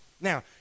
now